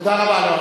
תודה רבה.